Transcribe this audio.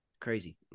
Crazy